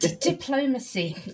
Diplomacy